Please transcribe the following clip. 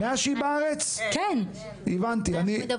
הבנתי.